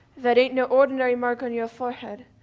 that ain't no ordinary mark on your forehead.